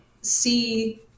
see